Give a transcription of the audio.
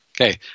Okay